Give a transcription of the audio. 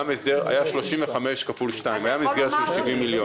היה 35 כפול 2, כלומר היתה מסגרת של 70 מיליון.